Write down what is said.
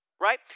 right